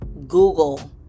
google